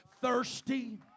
thirsty